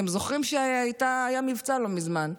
אתם זוכרים שהיה מבצע לא מזמן?